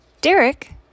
Derek